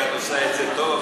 ואת עושה את זה טוב,